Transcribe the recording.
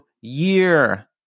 year